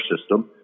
system